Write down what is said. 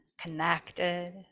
connected